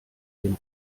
den